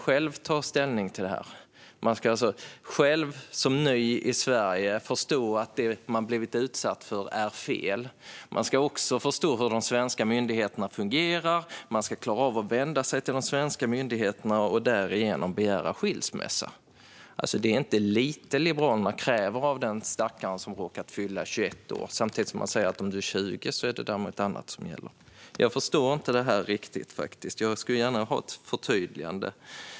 Som ny i Sverige ska man alltså själv förstå att det man har blivit utsatt för är fel. Man ska också förstå hur de svenska myndigheterna fungerar, och man ska klara av att vända sig till de svenska myndigheterna och begära skilsmässa. Det är inte lite Liberalerna kräver av de stackare som råkat fylla 21 år. Men om man är 20 är det något annat som gäller. Jag förstår inte detta riktigt och skulle gärna ha ett förtydligande.